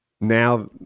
now